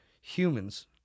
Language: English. humans